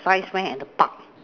science fair and the Park